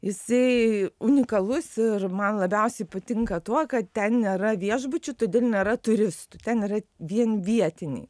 jisai unikalus ir man labiausiai patinka tuo kad ten nėra viešbučių todėl nėra turistų ten yra vien vietiniai